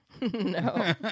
No